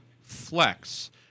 flex